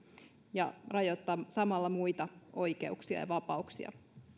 ja rajoittamaan samalla muita oikeuksia ja vapauksia